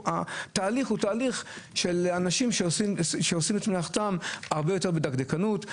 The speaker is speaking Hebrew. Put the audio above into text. זה תהליך של אנשים שעושים את מלאכתם הרבה יותר בדקדקנות,